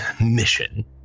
mission